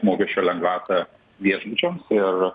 mokesčio lengvatą viešbučiams ir